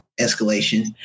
escalation